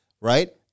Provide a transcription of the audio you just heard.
right